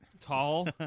Tall